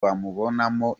bamubonamo